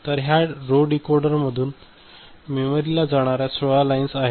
तर ह्या row decoder मधून मेमरीला जाणाऱ्या 16 लाईन्स आहेत